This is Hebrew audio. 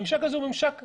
הוא ממשק רדום.